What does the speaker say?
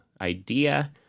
idea